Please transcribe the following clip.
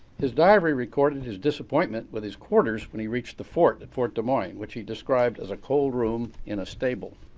his diary recorded his disappointment with his quarters when he reached the fort at fort des moines, which he described as a cold room in a stable.